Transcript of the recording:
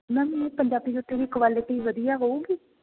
ma'am Punjabi ਜੁੱਤੀ ਦੀ quality ਵਧੀਆ ਹੋਵੇਗੀ